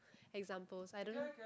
examples I don't know